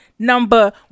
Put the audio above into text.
number